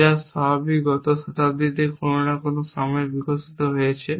এরা সবই গত শতাব্দীতে কোনো না কোনো সময় বিকশিত হয়েছে